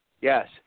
Yes